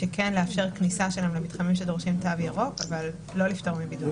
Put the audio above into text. כן לאפשר כניסה שלהם למתחמים שדורשים תו ירוק אבל לא לפטור מבידוד.